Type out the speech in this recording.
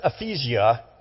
Ephesia